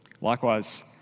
Likewise